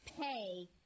pay